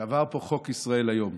כשעבר פה חוק ישראל היום.